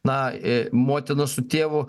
na motina su tėvu